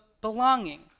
belonging